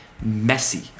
messy